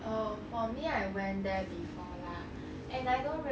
听 liao hor 怕 leh then nobody want to go with me leh